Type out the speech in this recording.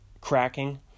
cracking